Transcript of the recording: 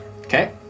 Okay